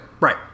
Right